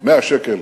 100 שקל